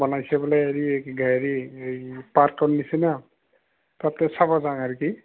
বনাইছে বোলে হেৰি হেৰি এই পাৰ্কৰ নিচিনা তাতে চাব যা আৰু কি